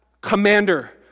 commander